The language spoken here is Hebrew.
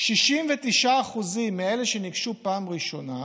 69% מאלה שניגשו פעם ראשונה,